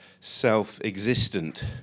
self-existent